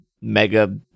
Mega